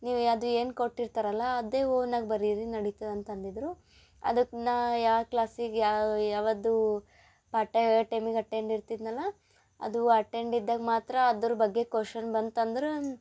ನೀವು ಅದು ಏನು ಕೊಟ್ಟಿರ್ತಾರಲ್ಲ ಅದೇ ಓನಾಗಿ ಬರೀರಿ ನಡಿತದೆ ಅಂತ ಅಂದಿದ್ದರು ಅದಕ್ಕೆ ನಾ ಯಾ ಕ್ಲಾಸಿಗೆ ಯಾವದು ಪಾಠ ಹೇಳೊ ಟೈಮಿಗೆ ಅಟೆಂಡ್ ಇರ್ತಿದ್ದೆನಲ್ಲ ಅದು ಅಟೆಂಡ್ ಇದ್ದಾಗ ಮಾತ್ರ ಅದ್ರ ಬಗ್ಗೆ ಕೊಷನ್ ಬಂತಂದ್ರೆ